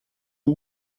aux